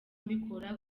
mbikora